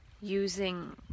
using